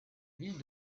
ville